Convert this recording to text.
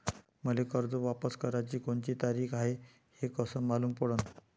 मले कर्ज वापस कराची कोनची तारीख हाय हे कस मालूम पडनं?